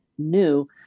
New